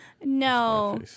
No